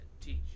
teach